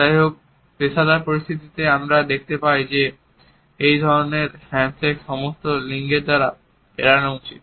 যাই হোক পেশাদার পরিস্থিতিতে আমরা দেখতে পাই যে এই ধরণের হ্যান্ডশেক সমস্ত লিঙ্গের দ্বারা এড়ানো উচিত